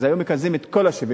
אז היו מקזזים את כל ה-75.